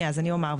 אני אומר.